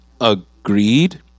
Agreed